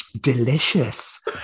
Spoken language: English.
delicious